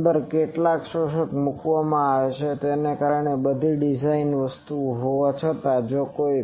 અંદર કેટલાક શોષક મૂકવામાં આવે છે કારણ કે બધી ડિઝાઇન વસ્તુઓ હોવા છતાં જો કોઈ